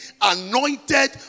anointed